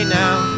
now